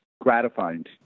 gratifying